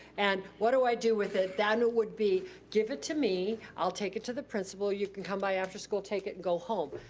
and what do i do with it, then it would be, give it to me, i'll take it to the principal, you can come by afterschool, take it and go home.